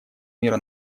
мира